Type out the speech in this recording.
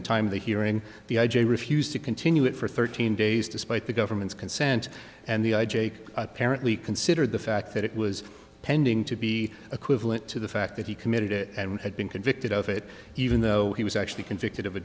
the time of the hearing the i j a refused to continue it for thirteen days despite the government's consent and the jake apparently considered the fact that it was pending to be equivalent to the fact that he committed it and had been convicted of it even though he was actually convicted of a